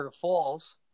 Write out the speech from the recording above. falls